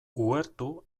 uhertu